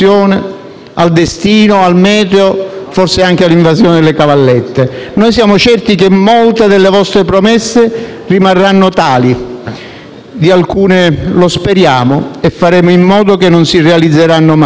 al destino, al meteo e forse anche all'invasione delle cavallette. Noi siamo certi che molte delle vostre promesse rimarranno tali; di alcune lo speriamo e faremo in modo che non si realizzino mai.